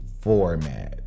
format